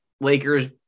Lakers